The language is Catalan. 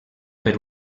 per